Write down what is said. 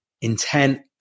Intent